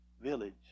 village